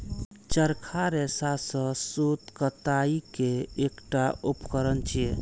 चरखा रेशा सं सूत कताइ के एकटा उपकरण छियै